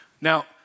Now